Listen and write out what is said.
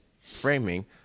framing